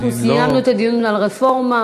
סיימנו את הדיון על הרפורמה.